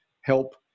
help